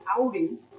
outing